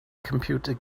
computer